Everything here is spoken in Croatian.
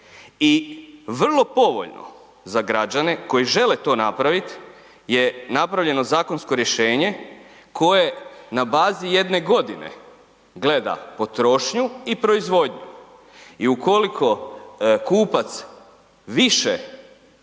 i vrlo povoljno za građane koji žele to napravit je napravljeno zakonsko rješenje koje na bazi jedne godine gleda potrošnju i proizvodnju. I ukoliko kupac više